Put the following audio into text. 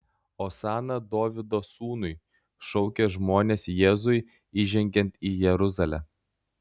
osana dovydo sūnui šaukė žmonės jėzui įžengiant į jeruzalę